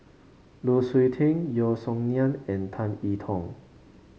Lu Suitin Yeo Song Nian and Tan E Tong